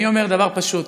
אני אומר דבר פשוט: